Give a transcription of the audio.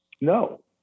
No